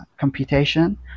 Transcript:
computation